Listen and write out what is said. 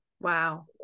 Wow